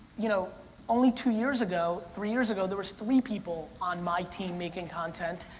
you know only two years ago, three years ago, there was three people on my team making content.